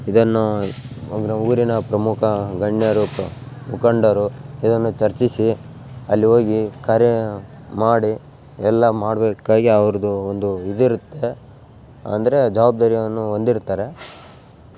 ಇದನ್ನೂ ಊರಿನ ಪ್ರಮುಖ ಗಣ್ಯರು ಮುಖಂಡರು ಇದನ್ನು ಚರ್ಚಿಸಿ ಅಲ್ಲಿ ಹೋಗಿ ಕರೆ ಮಾಡಿ ಎಲ್ಲ ಮಾಡಬೇಕಾಗಿ ಅವ್ರದ್ದು ಒಂದು ಇದು ಇರುತ್ತೆ ಅಂದರೆ ಜವಾಬ್ದಾರಿಯನ್ನು ಹೊಂದಿರುತ್ತಾರೆ